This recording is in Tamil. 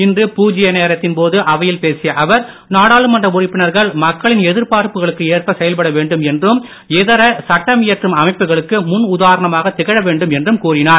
இன்று பூஜ்யநேரத்தின் போது அவையில் பேசிய அவர் நாடாளுமன்ற உறுப்பினர்கள் மக்களின் எதிர்பார்ப்புகளுக்கு ஏற்ப செயல்பட வேண்டும் என்றும் இதர சட்டமியற்றும் அமைப்புகளுக்கு முன் உதாரணமாக திகழ வேண்டும் என்றும் கூறினார்